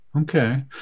okay